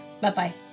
Bye-bye